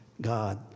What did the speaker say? God